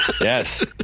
Yes